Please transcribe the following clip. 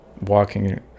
walking